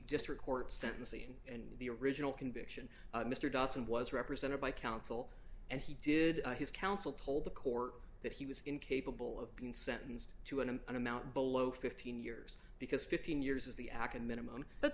district court sentencing in the original conviction mr dawson was represented by counsel and he did his counsel told the court that he was incapable of being sentenced to an amount below fifteen years because fifteen years is the aca minimum but